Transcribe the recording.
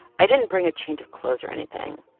i didn't bring a change of clothes or anything.